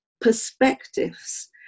perspectives